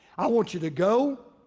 i want you to go,